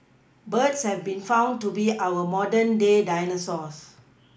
birds have been found to be our modern day dinosaurs